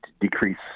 decrease